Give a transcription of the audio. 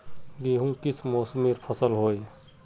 गेहूँ किस मौसमेर फसल होय?